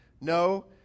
no